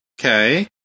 Okay